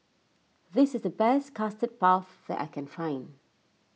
this is the best Custard Puff that I can find